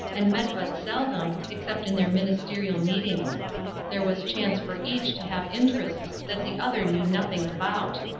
and met but seldom, except in their ministerial meetings there was chance for each to have interests that the other knew nothing about.